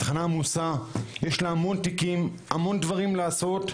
התחנה עמוסה, יש לה המון תיקים, המון דברים לעשות,